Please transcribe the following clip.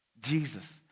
Jesus